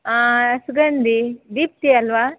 ಹಾಂ ಸುಗಂಧಿ ದೀಪ್ತಿ ಅಲ್ಲವಾ